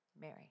Mary